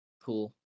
Cool